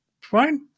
fine